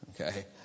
okay